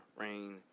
rain